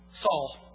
Saul